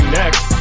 next